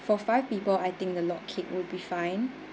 for five people I think the log cake will be fine